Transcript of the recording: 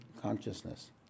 consciousness